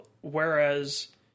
whereas